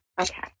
Okay